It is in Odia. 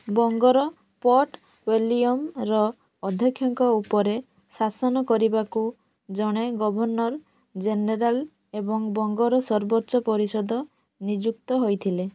ବଙ୍ଗର ଫୋର୍ଟ ୱିଲିୟମ୍ର ଅଧ୍ୟକ୍ଷଙ୍କ ଉପରେ ଶାସନ କରିବାକୁ ଜଣେ ଗଭର୍ଣ୍ଣର୍ ଜେନେରାଲ୍ ଏବଂ ବଙ୍ଗର ସର୍ବୋଚ୍ଚ ପରିଷଦ ନିଯୁକ୍ତ ହୋଇଥିଲେ